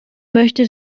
möchte